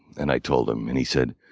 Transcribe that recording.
and i told him. and he said,